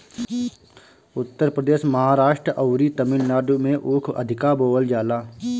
उत्तर प्रदेश, महाराष्ट्र अउरी तमिलनाडु में ऊख अधिका बोअल जाला